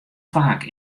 faak